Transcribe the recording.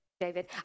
David